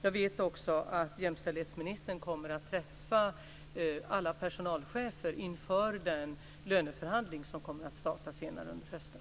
Jag vet också att jämställdhetsministern kommer att träffa alla personalchefer inför den löneförhandling som kommer att starta senare under hösten.